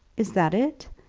is that it?